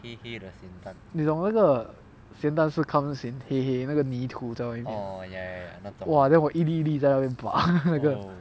你懂那个咸蛋是 comes in 黑黑那个泥土在外面 !wah! then 我一粒一粒在那边拔那个